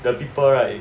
the people right